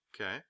Okay